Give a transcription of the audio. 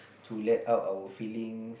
to let out our feeling